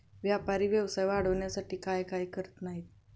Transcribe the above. व्यापारी व्यवसाय वाढवण्यासाठी काय काय करत नाहीत